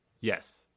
yes